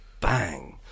bang